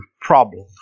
problem